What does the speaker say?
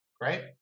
Great